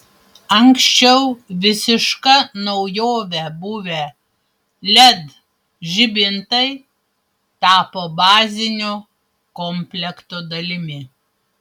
anksčiau visiška naujove buvę led žibintai tapo bazinio komplekto dalimi